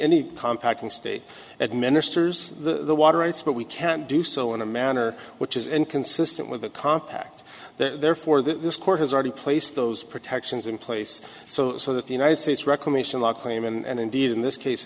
ne compact and state administers the water rights but we can do so in a manner which is inconsistent with the compact therefore this court has already placed those protections in place so that the united states reclamation law claim and indeed in this case